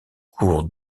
cours